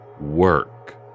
work